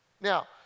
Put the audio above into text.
Now